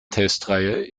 testreihe